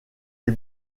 les